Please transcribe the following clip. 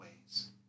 ways